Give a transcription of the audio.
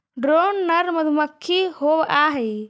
drone नर मधुमक्खी होवअ हई